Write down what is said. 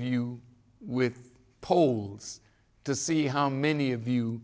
you with polls to see how many of you